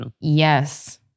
Yes